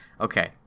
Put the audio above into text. Okay